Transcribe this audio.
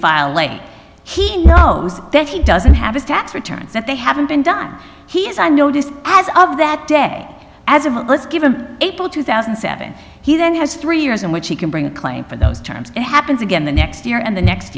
file late he knows that he doesn't have his tax returns that they haven't been done he has i noticed as of that day as of let's give him april two thousand and seven he then has three years in which he can bring a claim for those terms it happens again the next year and the next